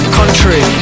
country